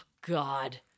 God